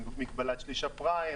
מגבלת "שליש הפריים",